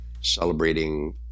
celebrating